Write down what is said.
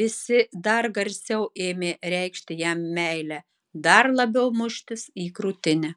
visi dar garsiau ėmė reikšti jam meilę dar labiau muštis į krūtinę